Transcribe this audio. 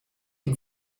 ihm